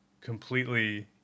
completely